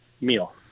meal